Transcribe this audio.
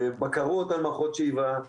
בקרות על מערכות שאיבה,